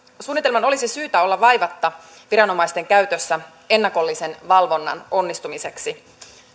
suunnitelman olisi syytä olla vaivatta viranomaisten käytössä ennakollisen valvonnan onnistumiseksi